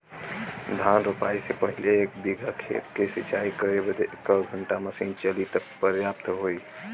धान रोपाई से पहिले एक बिघा खेत के सिंचाई करे बदे क घंटा मशीन चली तू पर्याप्त होई?